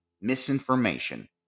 Misinformation